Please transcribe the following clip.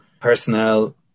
personnel